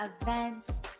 events